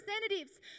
representatives